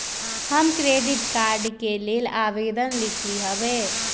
हम credit card के लेल आवेदन लिखली हबे